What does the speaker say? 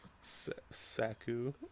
Saku